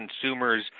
consumers